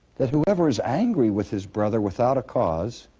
that whoever is angry with his brother without a cause